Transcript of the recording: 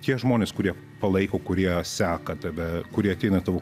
tie žmonės kurie palaiko kurie seka tave kurie ateina tavo